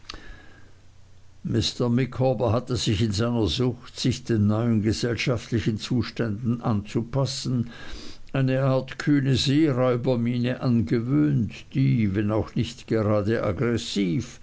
mr micawber hatte sich in seiner sucht sich den neuen gesellschaftlichen zuständen anzupassen eine art kühne seeräubermiene angewöhnt die wenn auch nicht gerade